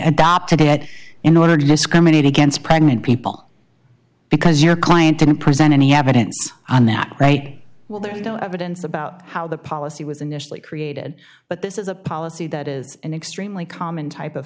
adopted that in order to discriminate against pregnant people because your client didn't present any evidence and that right well there is no evidence about how the policy was initially created but this is a policy that is an extremely common type of